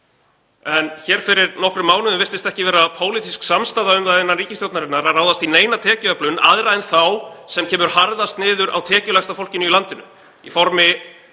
En hér fyrir nokkrum mánuðum virtist ekki vera pólitísk samstaða um það innan ríkisstjórnarinnar að ráðast í neina tekjuöflun aðra en þá sem kemur harðast niður á tekjulægsta fólkinu í landinu í formi